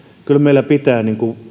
kyllä meillä pitää